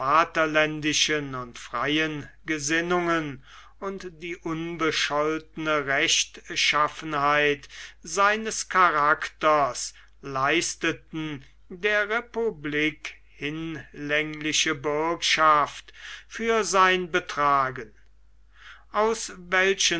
vaterländischen und freien gesinnungen und die unbescholtene rechtschaffenheit seines charakters leisteten der republik hinlängliche bürgschaft für sein betragen aus welchen